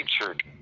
featured